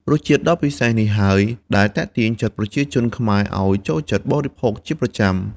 រសជាតិដ៏ពិសេសនេះហើយដែលទាក់ទាញចិត្តប្រជាជនខ្មែរឲ្យចូលចិត្តបរិភោគជាប្រចាំ។